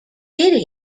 did